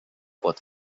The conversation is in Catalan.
pot